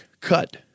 cut